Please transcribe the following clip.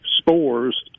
spores